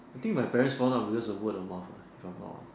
I think my parent found out because of words of mouth lah if I'm not wrong